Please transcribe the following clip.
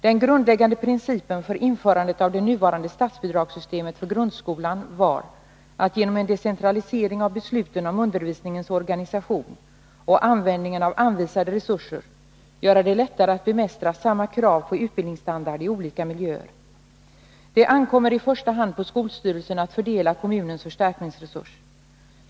Den grundläggande principen för införandet av det nuvarande statsbidragssystemet för grundskolan var att genom en decentralisering av besluten om undervisningens organisation och användningen av anvisade resurser göra det lättare att bemästra samma krav på utbildningsstandard i olika miljöer. Det ankommer i första hand på skolstyrelsen att fördela kommunens förstärkningsresurs.